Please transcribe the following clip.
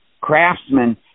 craftsmen